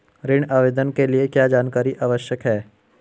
ऋण आवेदन के लिए क्या जानकारी आवश्यक है?